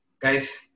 guys